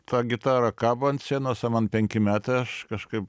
ta gitara kabo ant sienos o man penki metai aš kažkaip